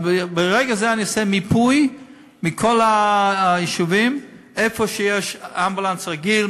ברגע זה אני עושה מיפוי בכל היישובים: איפה יש אמבולנס רגיל,